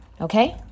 okay